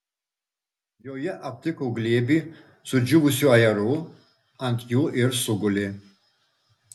joje aptiko glėbį sudžiūvusių ajerų ant jų ir sugulė